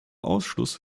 ausschuss